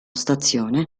stazione